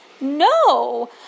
no